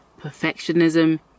perfectionism